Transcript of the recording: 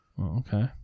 okay